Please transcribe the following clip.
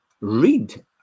read